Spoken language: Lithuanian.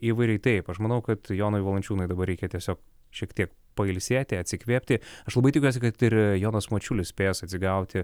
įvairiai taip aš manau kad jonui valančiūnui dabar reikia tiesiog šiek tiek pailsėti atsikvėpti aš labai tikiuosi kad ir jonas mačiulis spės atsigauti